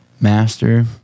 master